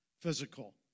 physical